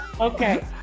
Okay